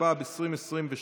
התשפ"ב 2022,